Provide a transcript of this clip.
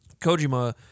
Kojima